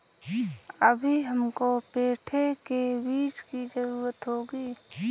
अभी हमको पेठे के बीज की जरूरत होगी